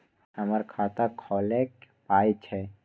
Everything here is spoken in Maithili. हमर खाता खौलैक पाय छै